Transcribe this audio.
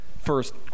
first